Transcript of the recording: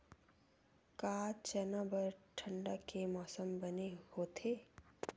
का चना बर ठंडा के मौसम बने होथे?